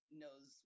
knows